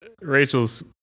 Rachel's